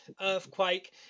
Earthquake